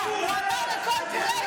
הוא אמר: לכל פעולה יש תגובה,